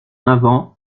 avant